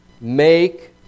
make